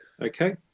Okay